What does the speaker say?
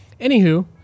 Anywho